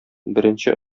беренче